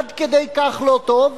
עד כדי כך לא טוב